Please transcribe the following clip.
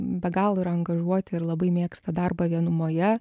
be galo yra angažuoti ir labai mėgsta darbą vienumoje